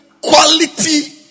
quality